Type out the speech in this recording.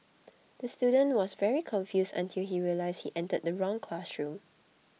the student was very confused until he realised he entered the wrong classroom